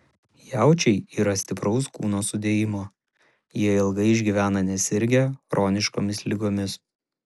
jaučiai yra stipraus kūno sudėjimo jie ilgai išgyvena nesirgę chroniškomis ligomis